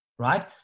Right